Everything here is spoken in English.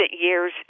years